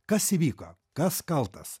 kas įvyko kas kaltas